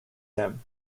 him